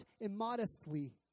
immodestly